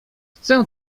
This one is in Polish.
chcę